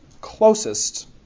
closest